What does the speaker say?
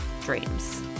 dreams